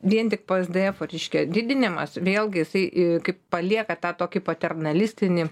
vien tik p es d efo reiškia didinimas vėlgi jisai i kaip palieka tą tokį paternalistinį